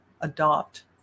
adopt